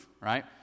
right